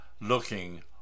looking